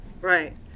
right